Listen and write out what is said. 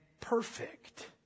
perfect